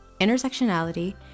intersectionality